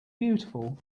beautiful